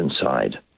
inside